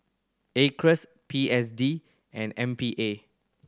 Acres P S D and M P A